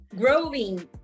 growing